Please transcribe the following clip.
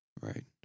Right